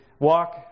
walk